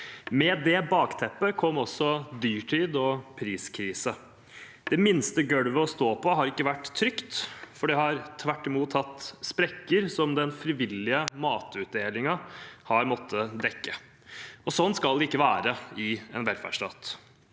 Med det bakteppet kom også dyrtid og priskrise. Det minste golvet å stå på har ikke vært trygt, det har tvert imot hatt sprekker som den frivillige matutdelingen har måttet dekke. Sånn skal det ikke være i en velferdsstat.